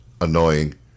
annoying